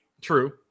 True